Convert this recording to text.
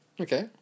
Okay